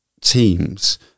teams